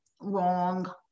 wrong